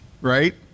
Right